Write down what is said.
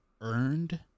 earned